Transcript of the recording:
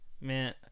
Man